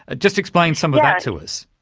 ah just explain some of that to us.